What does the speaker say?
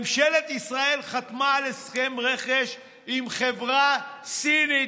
ממשלת ישראל חתמה על הסכם רכש עם חברה סינית,